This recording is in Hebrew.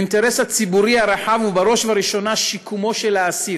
האינטרס הציבורי הרחב הוא בראש ובראשונה שיקומו של האסיר.